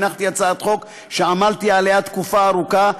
הנחתי הצעת חוק שעמלתי עליה תקופה ארוכה.